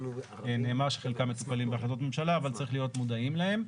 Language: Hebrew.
נאמר שחלקם מטופלים בהחלטות ממשלה אבל צריך להיות מודעים להם.